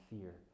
fear